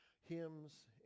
hymns